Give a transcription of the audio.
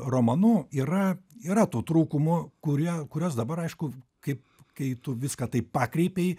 romanu yra yra tų trūkumų kurie kuriuos dabar aišku kaip kai tu viską taip pakreipei